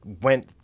went